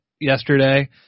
yesterday